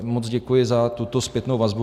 Moc děkuji za tuto zpětnou vazbu.